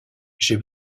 j’ai